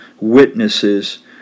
witnesses